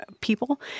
people